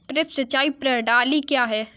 Drip सिंचाई प्रणाली क्या है?